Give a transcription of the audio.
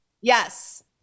Yes